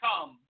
come